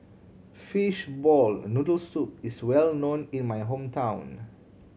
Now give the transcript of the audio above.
fishball noodle soup is well known in my hometown